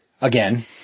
again